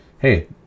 hey